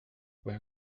where